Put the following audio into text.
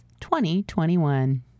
2021